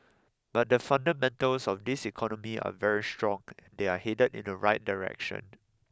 but the fundamentals of this economy are very strong and they're headed in the right direction